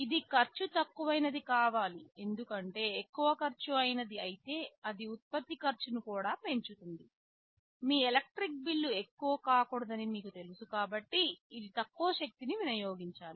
ఇది ఖర్చు తక్కువైనది కావాలి ఎందుకంటే ఎక్కువ ఖర్చు అయినది అయితే అది ఉత్పత్తి ఖర్చును కూడా పెంచుతుంది మీ ఎలక్ట్రిక్ బిల్లు ఎక్కువ కాకూడదని మీకు తెలుసు కాబట్టి ఇది తక్కువ శక్తిని వినియోగించాలి